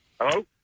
Hello